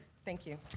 thank you.